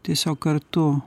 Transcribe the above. tiesiog kartu